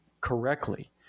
correctly